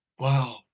Wow